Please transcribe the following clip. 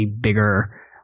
bigger